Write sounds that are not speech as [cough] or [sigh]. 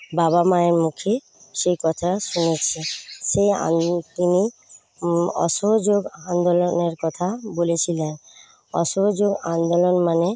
বাবা মায়ের মুখে সেই কথা শুনেছি সেই [unintelligible] অসহযোগ আন্দোলনের কথা বলেছিলেন অসহযোগ আন্দোলন মানে